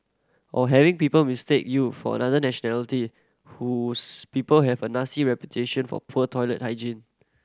or having people mistake you for another nationality whose people have a nasty reputation for poor toilet hygiene